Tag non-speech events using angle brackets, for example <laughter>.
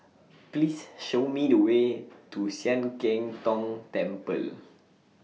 Please Show Me The Way to Sian Keng <noise> Tong Temple